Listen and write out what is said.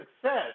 success